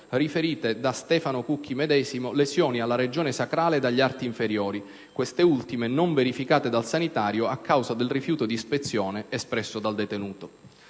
riferite da Stefano Cucchi medesimo lesioni alla regione sacrale ed agli arti inferiori, queste ultime non verificate dal sanitario a causa del rifiuto di ispezione espresso dal detenuto.